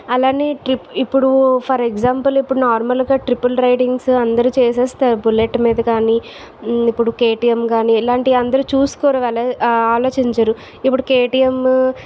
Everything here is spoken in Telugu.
అలానే ట్రిప్ ఇప్పుడు ఫర్ ఎగ్జాంపుల్ ఇప్పుడు నార్మల్గా ట్రిపుల్ రైడింగ్స్ అందరు చేసేస్తారు బుల్లెట్ మీద కానీ ఇప్పుడు కేటీఎమ్ కానీ ఇలాంటి అందరు చూసుకోరు ఆ ఆలోచించరు ఇప్పుడు కేటీఎం